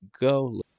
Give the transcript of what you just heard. go